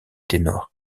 ténor